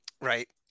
Right